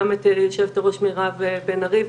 גם את היושבת-ראש מירב בן ארי,